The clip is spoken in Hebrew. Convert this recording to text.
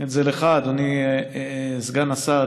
את זה לך, אדוני סגן השר.